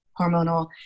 hormonal